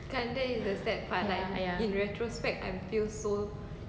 ya ya